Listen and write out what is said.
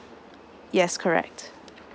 yes correct